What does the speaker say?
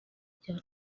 cya